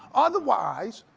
otherwise,